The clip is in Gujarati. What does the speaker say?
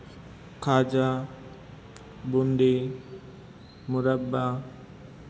ખાજા બુંદી મુરબ્બો